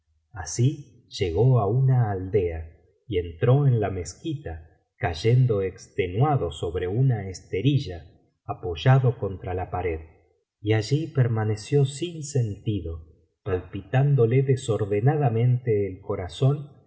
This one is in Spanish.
así llegó á una aldea y entró en la mezquita cayendo extenuado sobre una esterilla apoyado contra la pared y allí permaneció sin sentido palpitándole desordenadamente el corazón